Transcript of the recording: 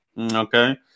Okay